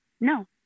no